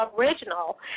original